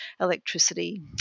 electricity